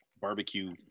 barbecue